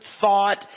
thought